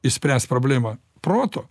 išspręst problemą protu